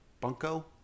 Bunko